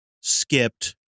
skipped